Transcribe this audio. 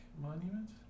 Monument